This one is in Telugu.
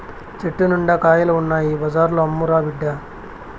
చెట్టు నిండా కాయలు ఉన్నాయి బజార్లో అమ్మురా బిడ్డా